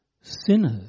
sinners